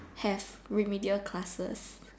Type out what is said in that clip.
have remedial classes